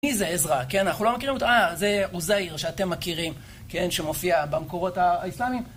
מי זה עזרא, כן? אנחנו לא מכירים אותו, אה, זה עוזייר שאתם מכירים, כן? שמופיע במקורות האיסלאמיים.